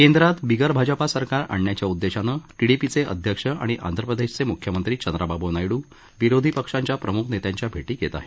केंद्रात बिगरभाजपा सरकार आणण्याच्या उददेशानं टीडीपीचे अध्यक्ष आणि आंध्र प्रदेशाचे मुख्यमंत्री चंद्राबाबू नायडू विरोधी पक्षांच्या प्रमुख नेत्यांच्या भेटी घेत आहेत